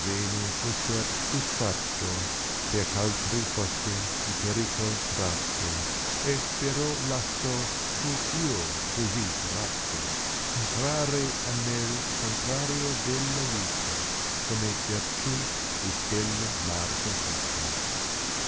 esser disfatto perch altri fosse di pericol tratto e però lasso fumo così ratto in trarre a me contrario della vita come vertù di stella margherita